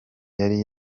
yari